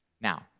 Now